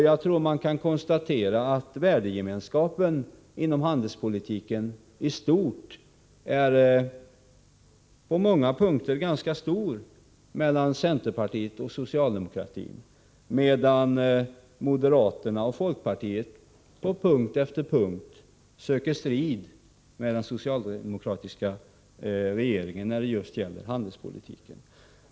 Jag tror man kan konstatera att värdegemenskapen inom handelspolitiken på många punkter är ganska stor mellan centerpartiet och socialdemokratin, medan moderaterna och folkpartiet på punkt efter punkt söker strid med den socialdemokratiska regeringen inom handelspolitiken.